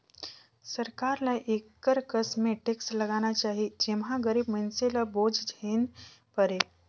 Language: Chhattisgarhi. सरकार ल एकर कस में टेक्स लगाना चाही जेम्हां गरीब मइनसे ल बोझ झेइन परे